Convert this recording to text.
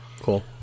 Cool